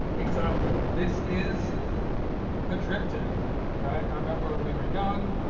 exactly. this is the trip tech. right. i remember when we were young.